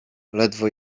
ledwo